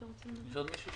(2)פסקה (2)